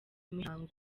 mihango